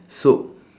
soup